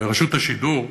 ברשות השידור,